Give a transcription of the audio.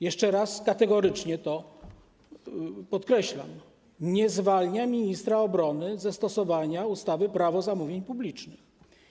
Jeszcze raz kategorycznie to podkreślam: ona nie zwalnia ministra obrony ze stosowania ustawy - Prawo zamówień publicznych.